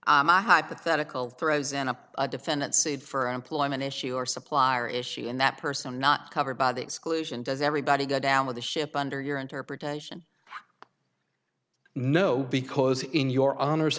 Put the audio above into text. sorry my hypothetical throws into a defendant sued for employment issue or supplier issue and that person not covered by the exclusion does everybody go down with the ship under your interpretation no because in your hono